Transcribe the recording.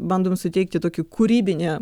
bandom suteikti tokį kūrybinį